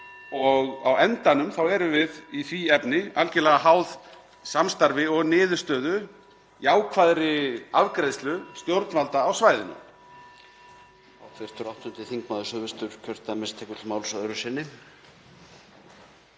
Og á endanum erum við í því efni algerlega háð samstarfi og niðurstöðu, jákvæðri afgreiðslu, stjórnvalda á svæðinu.